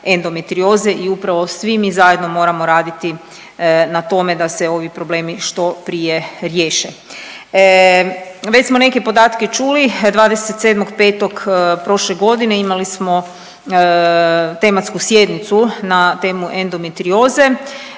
endometrioze i upravo svi mi zajedno moramo raditi na tome da se ovi problemi što prije riješe. Već smo neke podatke čuli, 27.5. prošle godine imali smo tematsku sjednicu na temu endometrioze.